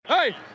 Hey